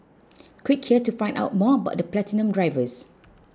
click here to find out more about the Platinum drivers